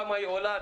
כמה היא עולה,